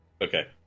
Okay